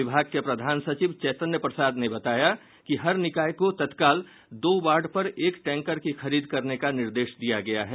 विभाग के प्रधान सचिव चैतन्य प्रसाद ने बताया कि हर निकाय को तत्काल दो वार्ड पर एक टैंकर की खरीद करने का निर्देश दिया गया है